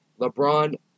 LeBron